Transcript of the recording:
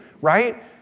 right